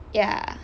ya